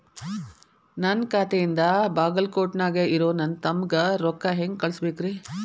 ನನ್ನ ಖಾತೆಯಿಂದ ಬಾಗಲ್ಕೋಟ್ ನ್ಯಾಗ್ ಇರೋ ನನ್ನ ತಮ್ಮಗ ರೊಕ್ಕ ಹೆಂಗ್ ಕಳಸಬೇಕ್ರಿ?